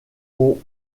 ont